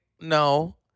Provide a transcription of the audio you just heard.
no